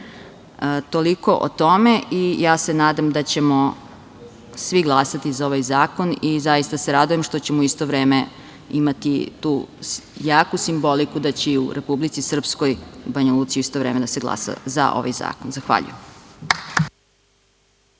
Toliko o tome. Ja se nadam da ćemo svi glasati za ovaj zakon i zaista se radujem što ćemo u isto vreme imati tu jaku simboliku da će i u Republici Srpskoj, u Banjaluci, u isto vreme da se glasa za ovaj zakon. Zahvaljujem.